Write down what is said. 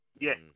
Yes